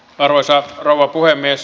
arvoisa rouva puhemies